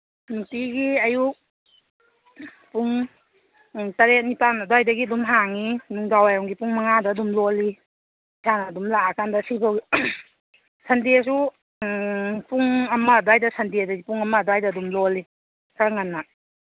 ꯅꯨꯡꯇꯤꯒꯤ ꯑꯌꯨꯛ ꯄꯨꯡ ꯇꯔꯦꯠ ꯅꯤꯄꯥꯟ ꯑꯗ꯭ꯋꯥꯏꯗꯒꯤ ꯑꯗꯨꯝ ꯍꯥꯡꯉꯤ ꯅꯨꯡꯗꯥꯡꯋꯥꯏꯔꯝꯒꯤ ꯄꯨꯡ ꯃꯉꯥꯗ ꯑꯗꯨꯝ ꯂꯣꯜꯂꯤ ꯏꯁꯥ ꯑꯗꯨꯝ ꯂꯥꯛꯑꯀꯥꯟꯗ ꯁꯤꯐꯧ ꯁꯟꯗꯦꯁꯨ ꯄꯨꯡ ꯑꯃ ꯑꯗ꯭ꯋꯥꯏꯗ ꯁꯟꯗꯦꯗꯗꯤ ꯄꯨꯡ ꯑꯃ ꯑꯗ꯭ꯋꯥꯏꯗ ꯑꯗꯨꯝ ꯂꯣꯜꯂꯤ ꯈꯔ ꯉꯟꯅ